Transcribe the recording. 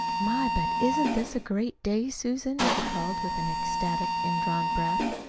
my, but isn't this a great day, susan! she called, with an ecstatic, indrawn breath.